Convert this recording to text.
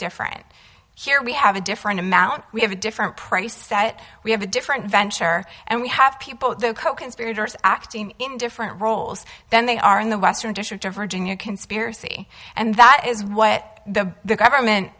different here we have a different amount we have a different price set we have a different venture and we have people the coconspirators acting in different roles than they are in the western district of virginia conspiracy and that is what the government